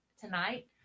tonight